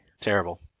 Terrible